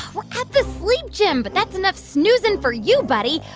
we're at the sleep gym. but that's enough snoozing for you, buddy.